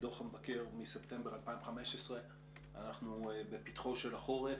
דוח המבקר מספטמבר 2015. אנחנו בפתחו של החורף.